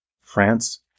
France